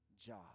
job